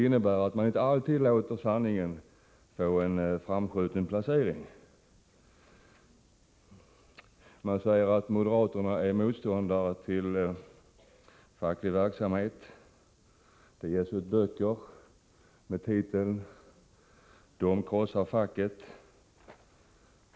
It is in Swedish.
Inte alltid låter man sanningen få en framskjuten placering. Sålunda säger man att moderaterna är motståndare till facklig verksamhet. Det ges ut en bok med titeln De krossar facket.